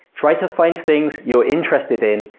try to find things you're interested in,